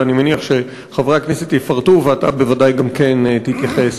ואני מניח שחברי הכנסת יפרטו ואתה בוודאי גם כן תתייחס.